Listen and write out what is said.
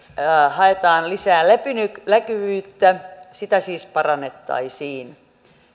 haetaan lisää läpinäkyvyyttä läpinäkyvyyttä siis parannettaisiin